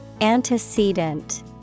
Antecedent